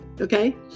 Okay